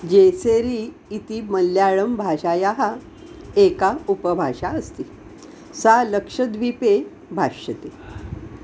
जेसेरि इति मलयालं भाषायाः एका उपभाषा अस्ति सा लक्षद्वीपे भाष्यति